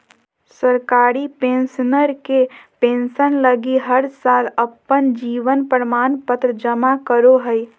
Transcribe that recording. सरकारी पेंशनर के पेंसन लगी हर साल अपन जीवन प्रमाण पत्र जमा करो हइ